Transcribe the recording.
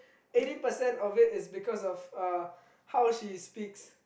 eighty percent of it is because of uh how she speaks